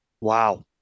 Wow